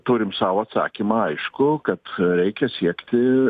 turim sau atsakymą aišku kad reikia siekti